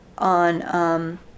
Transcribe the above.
on